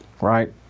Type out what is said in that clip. right